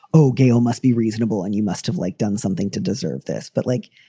oh, gayle must be reasonable and you must have, like, done something to deserve this. but like,